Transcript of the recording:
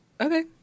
Okay